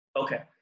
okay